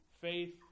faith